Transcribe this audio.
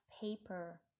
paper